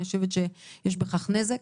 אני חושבת שיש בכך נזק.